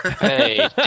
Hey